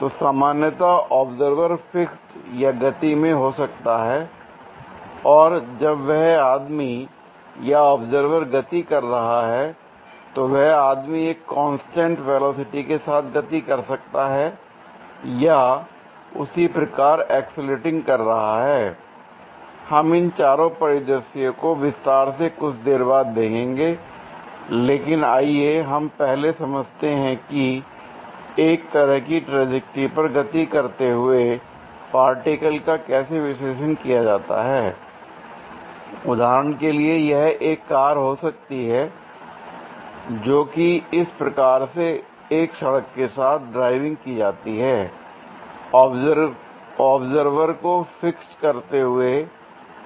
तो सामान्यता observer fixed या गति में हो सकता है और जब वह आदमी या ऑब्जर्वर गति कर रहा है तो वह आदमी एक कांस्टेंट वेलोसिटी के साथ गति कर सकता है या उसी प्रकार एक्सीलरेटिंग कर रहा है l हम इन चारों परिदृश्यों को विस्तार से कुछ देर बाद देखेंगे l लेकिन आइए हम पहले समझते हैं कि एक तरह की ट्राजेक्टरी पर गति करते हुए पार्टिकल का कैसे विश्लेषण किया जाता है l उदाहरण के लिए यह एक कार हो सकती है जोकि इस प्रकार से एक सड़क के साथ ड्राइविंग की जाती है l ऑब्जर्वर को फिक्स्ड करते हुए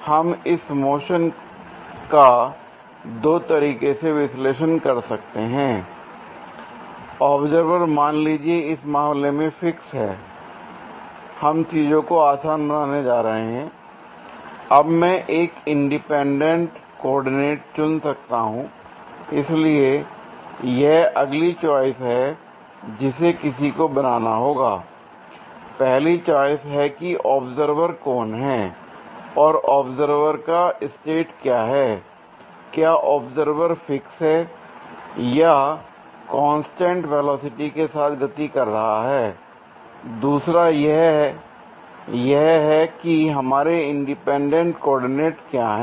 हम इस मोशन का दो तरीके से विश्लेषण कर सकते हैं l ऑब्जर्वर मान लीजिए इस मामले में फिक्स है हम चीजों को आसान बनाने जा रहे हैं l अब मैं एक इंडिपेंडेंट कोऑर्डिनेट चुन सकता हूंl इसलिए यह अगली चॉइस है जिसे किसी को बनाना होगाl पहली चॉइस है कि ऑब्जर्वर कौन है और ऑब्जर्वर का स्टेट क्या है क्या ऑब्जर्वर फिक्स्ड है या कांस्टेंट वेलोसिटी के साथ गति कर रहा है l दूसरा यह है कि हमारे इंडिपेंडेंट कोऑर्डिनेट क्या है